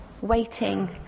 waiting